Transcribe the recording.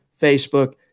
Facebook